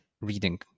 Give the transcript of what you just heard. reading